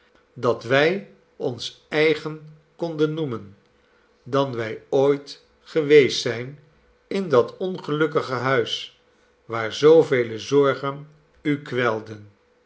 dat wij ons eigen konden noemen dan wij ooit geweest zijn in dat ongelukkige huis waar zoovele zorgen u kwelden